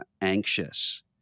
anxious